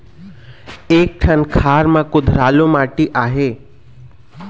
एक ठन खार म कुधरालू माटी आहे?